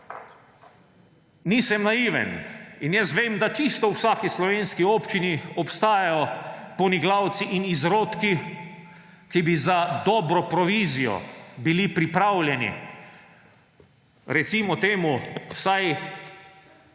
Nisem naiven. In jaz vem, da čisto v vsaki slovenski občini obstajajo poniglavci in izrodki, ki bi za dobro provizijo bili pripravljeni, recimo temu, vsaj